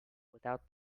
without